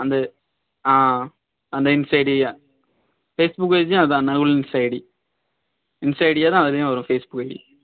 அந்த ஆ அந்த இன்ஸ்டா ஐடி ஃபேஸ்புக் பேஜும் அதான் நகுல் இன்ஸ்டா ஐடி இன்ஸ்டா ஐடியே தான் அதுலேயும் வரும் ஃபேஸ்புக்கு ஐடி